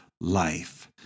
life